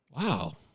Wow